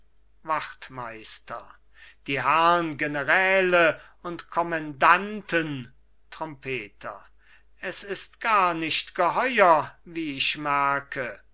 wachtmeister die herrn generäle und kommendanten trompeter es ist gar nicht geheuer wie ich merke